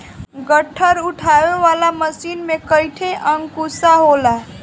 गट्ठर उठावे वाला मशीन में कईठे अंकुशा होला